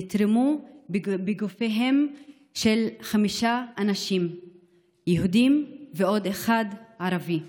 נתרמו לגופיהם של חמישה אנשים יהודים ועוד אחד ערבי.